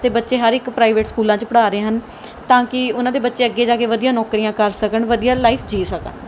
ਅਤੇ ਬੱਚੇ ਹਰ ਇੱਕ ਪ੍ਰਾਈਵੇਟ ਸਕੂਲਾਂ 'ਚ ਪੜ੍ਹਾ ਰਹੇ ਹਨ ਤਾਂ ਕਿ ਉਹਨਾਂ ਦੇ ਬੱਚੇ ਅੱਗੇ ਜਾ ਕੇ ਵਧੀਆ ਨੌਕਰੀਆਂ ਕਰ ਸਕਣ ਵਧੀਆ ਲਾਈਫ ਜੀਅ ਸਕਣ